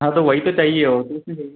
हाँ तो वही तो चाहिए और कुछ नहीं चाहिए